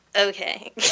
Okay